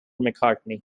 mccartney